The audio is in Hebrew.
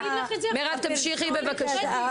מירב, תמשיכי, בבקשה.